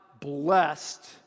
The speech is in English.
blessed